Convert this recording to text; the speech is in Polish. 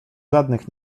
żadnych